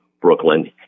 Brooklyn